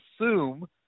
assume